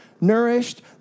nourished